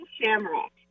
shamrock